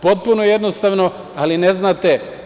Potpuno jednostavno, ali ne znate.